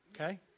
okay